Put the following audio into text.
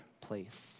place